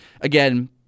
again